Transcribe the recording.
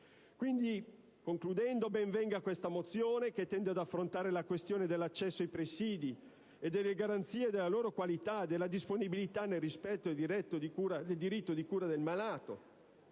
tutti. Concludendo, ben venga questa mozione che tende ad affrontare la questione dell'accesso ai presidi e delle garanzie della loro qualità e disponibilità nel rispetto del diritto di cura del malato.